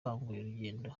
urugendo